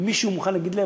אם מישהו מוכן להגיד להם,